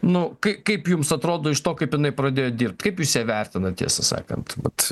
nu kai kaip jums atrodo iš to kaip jinai pradėjo dirbt kaip jūs ją vertinat tiesą sakant vat